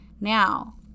now